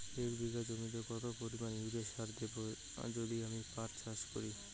এক বিঘা জমিতে কত পরিমান ইউরিয়া সার দেব যদি আমি পাট চাষ করি?